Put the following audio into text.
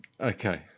Okay